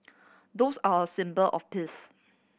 doves are a symbol of peace